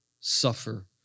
suffer